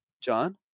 John